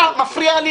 אני מבקש מאלה שעוזרים